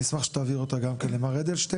אני אשמח שתעביר אותה גם למר אדלשטיין,